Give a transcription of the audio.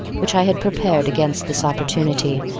which i had prepared against this opportunity.